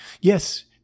Yes